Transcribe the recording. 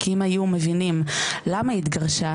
כי אם היו מבינים למה היא התגרשה,